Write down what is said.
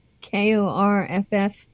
K-O-R-F-F